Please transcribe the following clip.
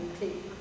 take